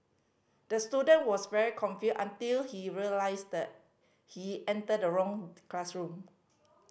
the student was very confused until he realised he entered the wrong classroom